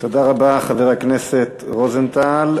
תודה רבה, חבר הכנסת רוזנטל.